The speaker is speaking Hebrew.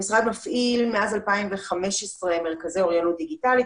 המשרד מפעיל מאז 2015 מרכזי אוריינות דיגיטלית,